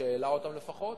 שהעלה אותם לפחות.